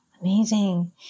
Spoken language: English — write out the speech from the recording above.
Amazing